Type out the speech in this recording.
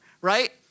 right